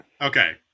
Okay